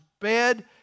bed